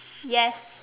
yes